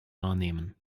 wahrnehmen